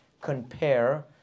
compare